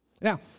Now